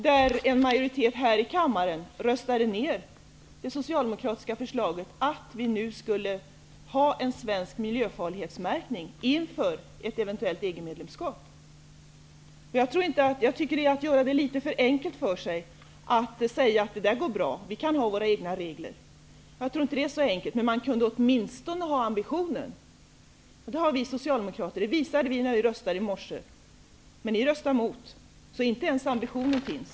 Där röstade en majoritet här i kammaren ned det socialdemokratiska förslaget om att vi nu skulle införa en svensk miljöfarlighetsmärkning inför ett eventuellt EG Det är att göra det litet för enkelt för sig att säga att det går bra och att vi kan ha våra egna regler. Jag tror inte att det är så enkelt. Man kunde åtminstone ha den ambitionen. Det har vi socialdemokrater. Det visade vi när vi röstade i morse. Men ni röstade emot. Inte ens den ambitionen finns.